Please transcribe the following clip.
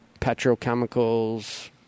petrochemicals